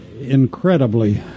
incredibly